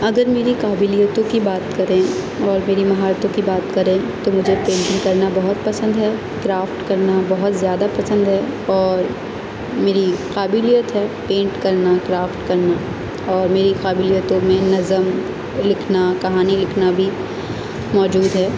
اگر میری قابلیتوں کی بات کریں اور میری مہارتوں کی بات کریں تو مجھے پینٹنگ کرنا بہت پسند ہے کرافٹ کرنا بہت زیادہ پسند ہے اور میری قابلیت ہے پینٹ کرنا کرافٹ کرنا اور میری قابلیتوں میں نظم لکھنا کہانی لکھنا بھی موجود ہے